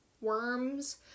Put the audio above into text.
worms